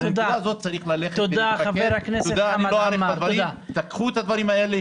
ואת הנקודה הזו צריכים -- -קחו את הדברים האלה,